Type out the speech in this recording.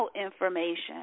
information